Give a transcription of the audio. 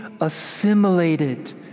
assimilated